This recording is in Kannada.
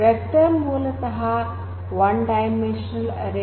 ವೆಕ್ಟರ್ ಮೂಲತಃ ಒನ್ ಡೈಮೆನ್ಶನಲ್ ಅರೆ